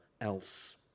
else